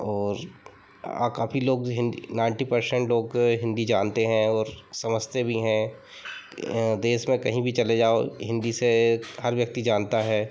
और काफ़ी लोग हिन्दी नाइंटी पर्शेंट लोग हिन्दी जानते हैं और समझते भी हैं देश में कहीं भी चले जाओ हिन्दी से हर व्यक्ति जानता है